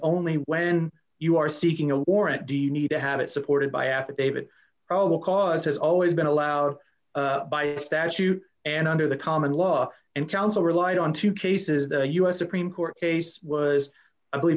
only when you are seeking a warrant do you need to have it supported by affidavit or all will cause has always been allowed by statute and under the common law and counsel relied on two cases the u s supreme court case was